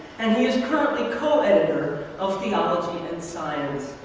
and he is currently co-editor of theology and science,